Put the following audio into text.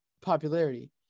popularity